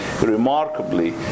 remarkably